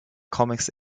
comics